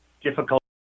difficult